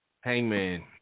Hangman